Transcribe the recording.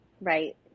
right